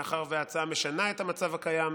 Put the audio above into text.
מאחר שההצעה משנה את המצב הקיים,